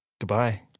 Goodbye